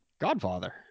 Godfather